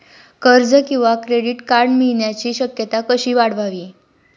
कर्ज किंवा credit card मिळण्याची शक्यता कशी वाढवावी?